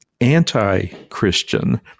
anti-Christian